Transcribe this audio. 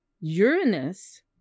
Uranus